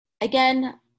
Again